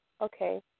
okay